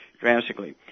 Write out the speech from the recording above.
drastically